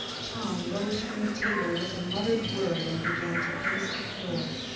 tom rose from the table with a muttered word and began to pace the floor.